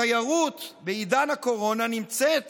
התיירות בעידן הקורונה נמצאת